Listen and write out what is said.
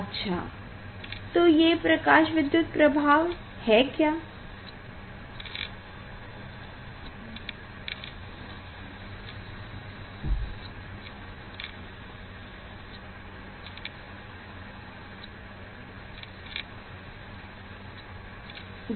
अच्छा तो ये प्रकाश विद्युत प्रभाव क्या है